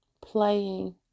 playing